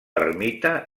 ermita